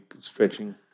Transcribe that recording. stretching